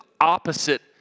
opposite